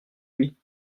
lui